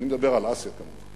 אני מדבר על אסיה, כמובן.